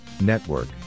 Network